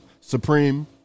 Supreme